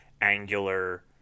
angular